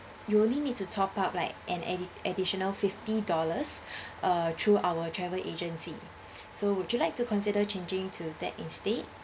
you only need to top up like an addi~ additional fifty dollars uh through our travel agency so would you like to consider changing to that instead